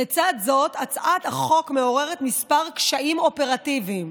לצד זאת, הצעת החוק מעוררת כמה קשיים אופרטיביים.